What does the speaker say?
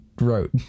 wrote